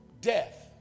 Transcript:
death